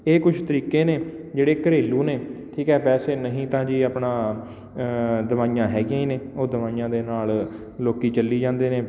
ਇਹ ਕੁਝ ਤਰੀਕੇ ਨੇ ਜਿਹੜੇ ਘਰੇਲੂ ਨੇ ਠੀਕ ਹੈ ਵੈਸੇ ਨਹੀਂ ਤਾਂ ਜੀ ਆਪਣਾ ਦਵਾਈਆਂ ਹੈਗੀਆਂ ਹੀ ਨੇ ਉਹ ਦਵਾਈਆਂ ਦੇ ਨਾਲ ਲੋਕ ਚੱਲੀ ਜਾਂਦੇ ਨੇ